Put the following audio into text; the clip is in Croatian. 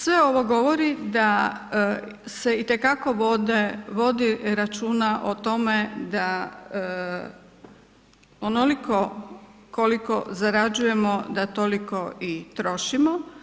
Sve ovo govori da se i te kako vodi računa o tome da onoliko koliko zarađujemo da toliko i trošimo.